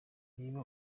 niba